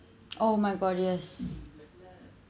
oh my god yes